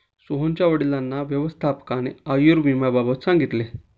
सोहनच्या वडिलांना व्यवस्थापकाने आयुर्विम्याबाबत सांगितले